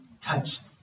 touched